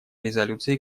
резолюции